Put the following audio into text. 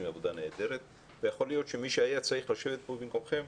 עבודה נהדרת ויכול להיות שמי שהיה צריך לשבת כאן במקומכם,